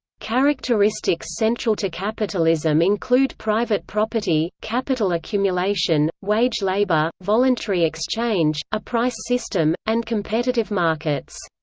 characteristics central to capitalism include private property, capital accumulation, wage labor, voluntary exchange, a price system, and competitive markets.